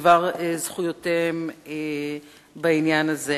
בדבר זכויותיהם בעניין הזה.